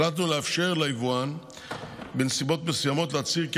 החלטנו לאפשר ליבואן בנסיבות מסוימות להצהיר כי